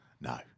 No